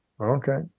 Okay